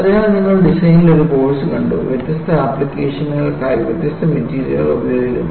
അതിനാൽ നിങ്ങൾ ഡിസൈനിൽ ഒരു കോഴ്സ് ചെയ്തു വ്യത്യസ്ത ആപ്ലിക്കേഷനുകൾക്കായി വ്യത്യസ്ത മെറ്റീരിയലുകൾ ഉപയോഗിക്കുന്നു